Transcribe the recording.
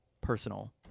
personal